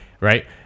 right